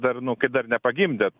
dar nu kai dar nepagimdė